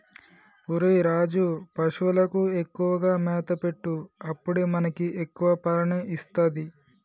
ఒరేయ్ రాజు, పశువులకు ఎక్కువగా మేత పెట్టు అప్పుడే మనకి ఎక్కువ పాలని ఇస్తది